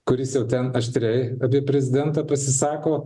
kuris jau ten aštriai apie prezidentą pasisako